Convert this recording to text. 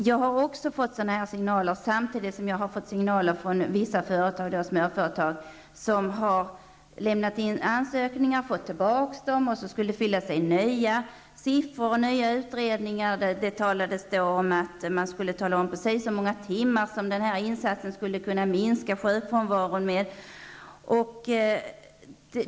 Fru talman! Även jag har fått sådana signaler, men jag har också hört att vissa företag som har lämnat in ansökningar har fått tillbaka dem och blivit tillsagda att fylla i nya siffror och visa upp nya utredningar. Man skulle t.ex. tala om precis hur många timmar som insatsen skulle kunna minska sjukfrånvaron med.